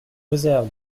réserve